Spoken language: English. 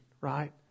right